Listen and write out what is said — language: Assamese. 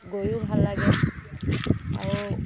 গৈও ভাল লাগে আৰু